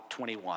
21